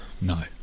no